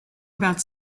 about